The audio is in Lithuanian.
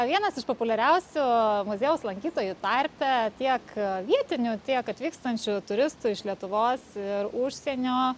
vienas iš populiariausių muziejaus lankytojų tarpe tiek vietinių tiek atvykstančių turistų iš lietuvos ir užsienio